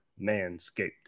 Manscaped